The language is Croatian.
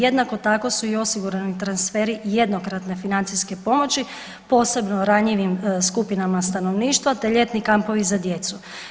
Jednako tako su i osigurani transferi jednokratne financijske pomoći posebno ranjivim skupinama stanovništva te ljetni kampovi za djecu.